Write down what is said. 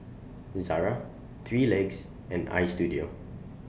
Zara three Legs and Istudio